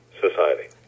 society